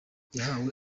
yahawe